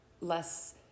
less